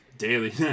daily